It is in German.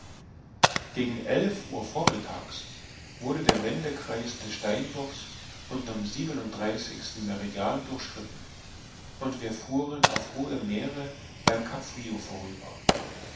gegen elf uhr vormittags wurde der wendekreis des steinbocks unter'm siebenunddreißigsten meridian durchschnitten und wir fuhren auf hohem meere beim cap frio vorüber